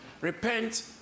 repent